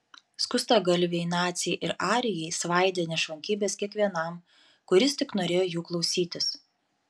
skustagalviai naciai ir arijai svaidė nešvankybes kiekvienam kuris tik norėjo jų klausytis